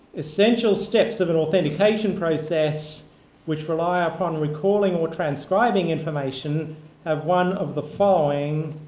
essential steps of an authentication process which rely upon recalling or transcribing information have one of the following.